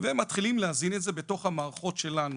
ומתחילים להזין את זה בתוך המערכות שלנו,